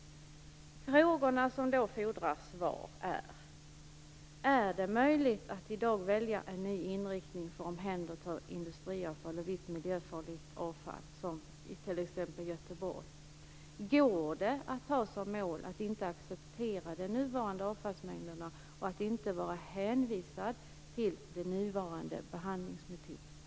Frågorna som fordrar svar är: Är det möjligt att i dag välja en ny inriktning när det gäller att omhänderta industriavfall och visst miljöfarligt avfall, t.ex. i Göteborg? Går det att ha som mål att man inte skall acceptera de nuvarande avfallsmängderna och att man inte skall vara hänvisad till de nuvarande behandlingsmetoderna?